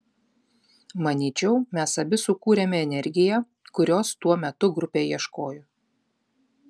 manyčiau mes abi sukūrėme energiją kurios tuo metu grupė ieškojo